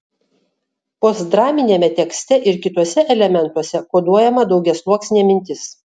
postdraminiame tekste ir kituose elementuose koduojama daugiasluoksnė mintis